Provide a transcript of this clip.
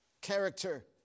character